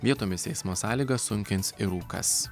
vietomis eismo sąlygas sunkins ir rūkas